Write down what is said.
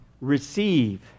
receive